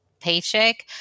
paycheck